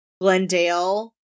Glendale